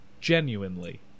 genuinely